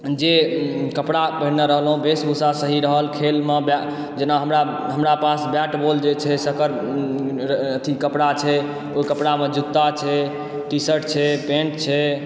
जे कपड़ा पहिरने रहलौं वेश भूषा सही रहल खेलमे बै जेना हमरा पास बैट बॉल जे छै तकर अथी कपड़ा छै ओइ कपड़ामे जूत्ता छै टी शर्ट छै पैण्ट छै